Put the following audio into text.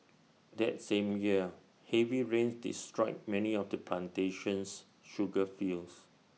that same year heavy rains destroyed many of the plantation's sugar fields